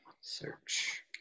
Search